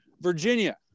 Virginia